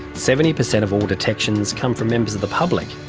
seventy percent of all detections come from members of the public,